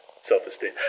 self-esteem